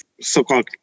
so-called